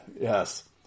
Yes